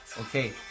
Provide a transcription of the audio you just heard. Okay